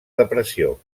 depressió